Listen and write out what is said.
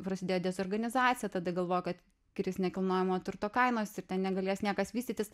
prasidėjo dezorganizacija tada galvojo kad kris nekilnojamo turto kainos ir ten negalės niekas vystytis